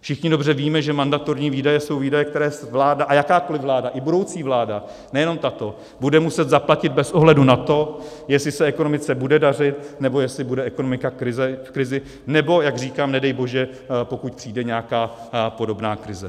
Všichni dobře víme, že mandatorní výdaje jsou výdaje, které vláda, jakákoli vláda, i budoucí vláda, nejenom tato, bude muset zaplatit bez ohledu na to, jestli se ekonomice bude dařit, nebo jestli bude ekonomika v krizi, nebo, jak říkám, nedej bože pokud přijde nějaká podobná krize.